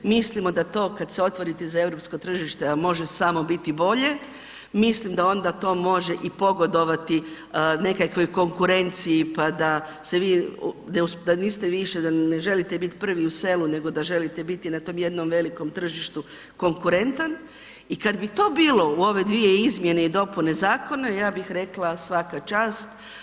Mislimo da to kad se otvori ti za EU tržište, a može samo biti bolje, mislim da onda to može i pogodovati nekakvoj konkurenciji, pa da se vi, da niste više da ne želite biti prvi u selu nego da želite biti na tom jednom velikom tržištu konkurentan i kad bi to bilo u ove dvije izmjene i dopune zakona, ja bih rekla, svaka čast.